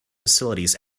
facilities